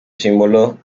símbolo